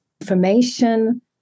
information